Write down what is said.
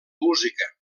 música